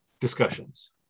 discussions